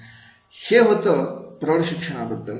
हे होतं प्रौढ शिक्षणाबद्दल